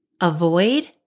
avoid